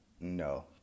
no